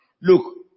Look